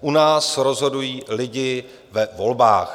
U nás rozhodují lidé ve volbách.